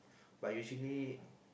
but usually